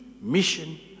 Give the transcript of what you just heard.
mission